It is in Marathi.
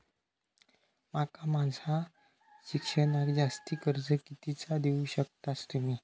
माका माझा शिक्षणाक जास्ती कर्ज कितीचा देऊ शकतास तुम्ही?